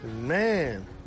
man